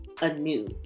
anew